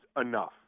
enough